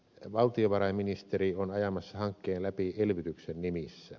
valtiovarainministeri on ajamassa hankkeen läpi elvytyksen nimissä